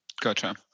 Gotcha